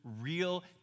real